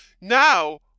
Now